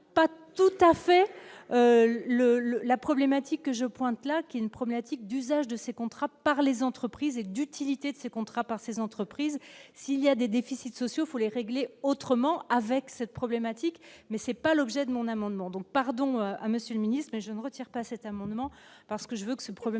pas tout à fait le le la problématique que je pointe claquer une 1er d'usage de ces contrats par les entreprises et d'utilité de ces contrats par ces entreprises, s'il y a des déficits sociaux les régler autrement avec cette problématique, mais c'est pas l'objet de mon amendement donc pardon à monsieur le ministre je ne retire pas cet amendement parce que je veux que ce